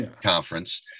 conference